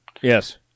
Yes